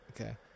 Okay